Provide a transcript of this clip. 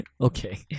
okay